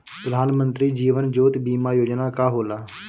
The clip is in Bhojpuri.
प्रधानमंत्री जीवन ज्योति बीमा योजना का होला?